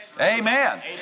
Amen